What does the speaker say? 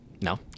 no